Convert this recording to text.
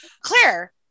Claire